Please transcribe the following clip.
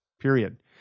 period